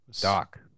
Doc